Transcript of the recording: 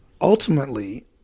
Ultimately